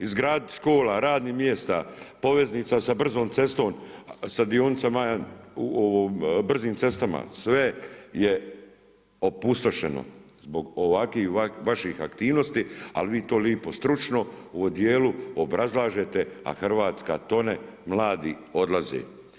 Izgraditi škola, radnih mjesta, poveznica sa brzom cestom, sa dionicama, brzim cestama, sve je opustošeno zbog ovakvih vaših aktivnosti ali vi to lijepo stručno u odijelu obrazlažete a Hrvatska tone, mladi odlaze.